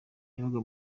yabaga